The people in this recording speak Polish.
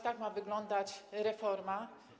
Tak ma wyglądać reforma?